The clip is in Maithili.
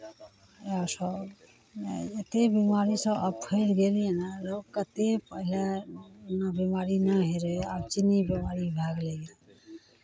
इएहसभ नहि ओतेक बीमारीसभ आब फैल गेलैए ने लोक कतेक ओझरायल एना बीमारी नहि होइत रहै आब चीनी बीमारी भए गेलैए